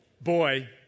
boy